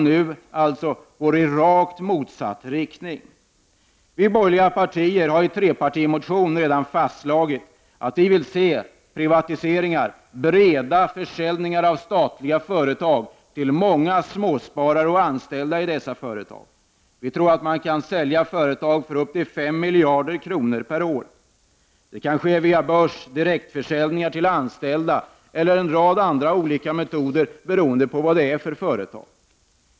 Nu går man i rakt motsatt riktning. Vi har från borgerlig sida i en trepartimotion fastslagit att vi vill att det skall ske privatiseringar i form av breda försäljningar av statliga företag till många småsparare och anställda i dessa företag. Vi tror att man kan sälja företag för upp till 5 miljarder kronor per år. Det kan ske via börsen, via direktförsäljningar eller med en rad andra metoder, beroende på vilket företag som det gäller.